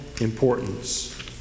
importance